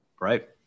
Right